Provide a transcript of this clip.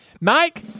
Mike